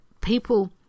people